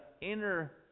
inner